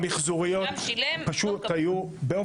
המחזוריות פשוט היו,